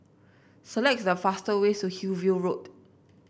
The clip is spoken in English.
select the fastest way to Hillview Road